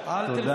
תודה.